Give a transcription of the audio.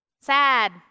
sad